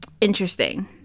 interesting